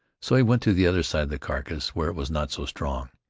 so he went to the other side of the carcass, where it was not so strong,